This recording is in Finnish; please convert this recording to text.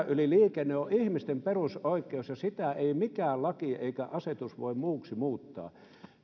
yli on ihmisten perusoikeus ja sitä ei mikään laki eikä asetus voi muuksi muuttaa